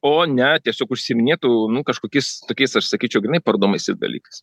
o ne tiesiog užsiiminėtų nu kažkokiais tokiais aš sakyčiau grynai parodomaisiais dalykais